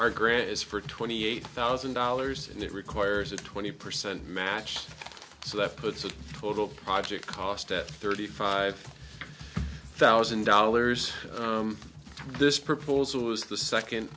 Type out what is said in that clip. our grid is for twenty eight thousand dollars and it requires a twenty percent match so that puts a total project cost at thirty five thousand dollars this proposal was the second